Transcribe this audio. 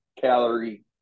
calorie